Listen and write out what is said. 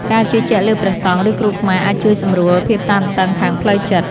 ការជឿជាក់លើព្រះសង្ឃ ឬគ្រូខ្មែរអាចជួយសម្រួលភាពតានតឹងខាងផ្លូវចិត្ត។